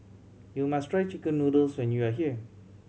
you must try chicken noodles when you are here